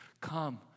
come